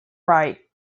right